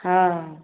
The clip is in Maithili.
हँ